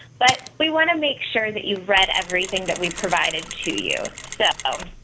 but we want to make sure that you've read everything that we provided to you. so